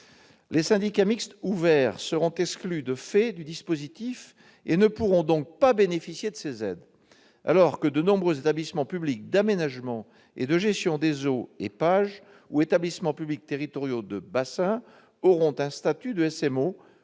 Les syndicats mixtes ouverts seront exclus de fait du dispositif et ne pourront donc pas bénéficier de ces aides, alors que de nombreux établissements publics d'aménagement et de gestion de l'eau ou d'établissements publics territoriaux de bassin auront précisément